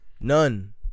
None